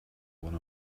one